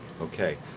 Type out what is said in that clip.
Okay